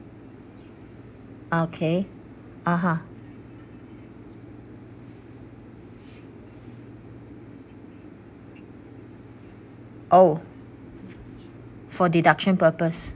ah okay (uh huh) oh for deduction purpose